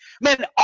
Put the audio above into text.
man